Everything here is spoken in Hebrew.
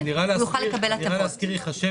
הוא יוכל לקבל הטבות.